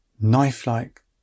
knife-like